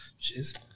Jeez